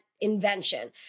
invention